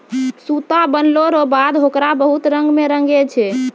सूता बनलो रो बाद होकरा बहुत रंग मे रंगै छै